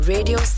Radio